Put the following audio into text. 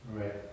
right